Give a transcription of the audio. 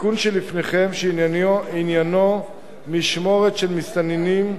התיקון שלפניכם, שעניינו משמורת של מסתננים,